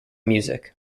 music